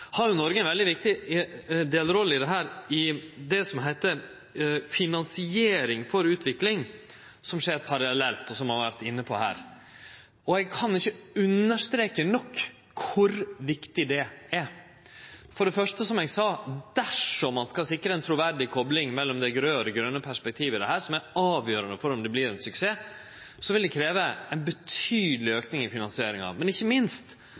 har Noreg ei viktig delrolle i det som heiter finansiering for utvikling, som skjer parallelt og som ein har vore inne på her. Og eg kan ikkje understreke nok kor viktig det er. For det første, som eg sa, dersom ein skal sikre ei truverdig kopling mellom det raude og det grøne perspektivet, som er avgjerande for om det vert ein suksess, vil det krevje ein betydeleg auke i finansieringa. Men ikkje minst